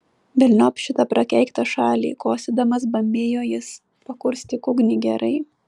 velniop šitą prakeiktą šalį kosėdamas bambėjo jis pakurstyk ugnį gerai